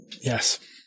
yes